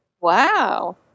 Wow